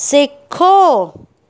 सिखो